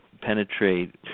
penetrate